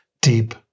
deep